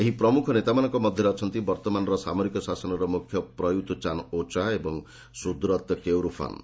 ଏହି ପ୍ରମୁଖ ନେତାମାନଙ୍କ ମଧ୍ୟରେ ଅଛନ୍ତି ବର୍ତ୍ତମାନର ସାମରିକ ଶାସନର ମୁଖ୍ୟ ପ୍ରୟୁତ ଚାନ୍ ଓ ଚା ଏବଂ ସୁଦରତ କେଉରଫାନ୍